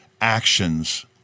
actions